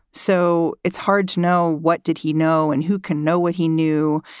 so it's hard to know. what did he know? and who can know what he knew?